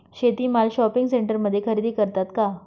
शेती माल शॉपिंग सेंटरमध्ये खरेदी करतात का?